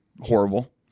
horrible